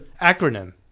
Acronym